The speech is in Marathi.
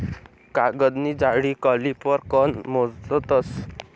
कागदनी जाडी कॉलिपर कन मोजतस